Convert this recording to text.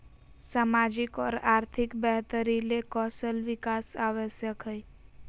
सामाजिक और आर्थिक बेहतरी ले कौशल विकास आवश्यक हइ